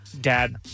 dad